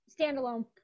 standalone